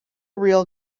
real